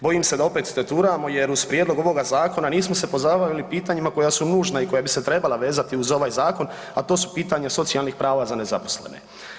Bojim se da opet teturamo jer uz prijedlog ovoga zakona nismo se pozabavili pitanjima koja su nužna i koja bi se trebala vezati uz ovaj zakon, a to su pitanja socijalnih prava za nezaposlene.